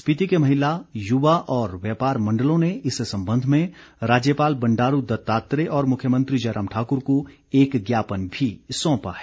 स्पिति के महिला युवा और व्यापार मंडलों ने इस संबंध में राज्यपाल बंडारू दत्तात्रेय और मुख्यमंत्री जयराम ठाक्र को एक ज्ञापन भी सौंपा है